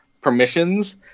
permissions